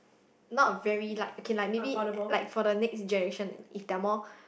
not very like okay like maybe like for the next generation if they're more